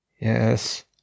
Yes